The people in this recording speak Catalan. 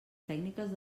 tècniques